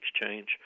exchange